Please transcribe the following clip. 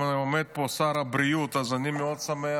ועומד פה גם שר הבריאות, אז אני מאוד שמח